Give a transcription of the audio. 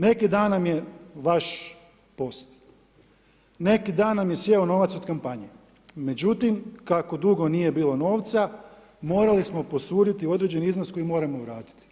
Neki dan nam je, vaš post, neki dan nam je sjeo novac od kampanje, međutim kako dugo nije bilo novca, morali smo posuditi odrađeni iznos koji moramo vratiti.